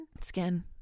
Skin